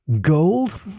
Gold